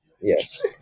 Yes